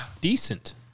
Decent